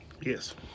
Yes